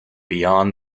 beyond